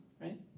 right